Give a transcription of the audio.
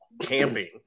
camping